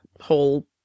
whole